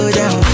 down